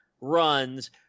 runs